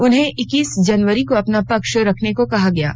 उन्हें एक्कीस जनवरी को अपना पक्ष रखने को कहा गया है